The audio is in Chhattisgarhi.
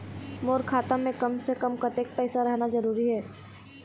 मोर खाता मे कम से से कम कतेक पैसा रहना जरूरी हे?